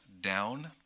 down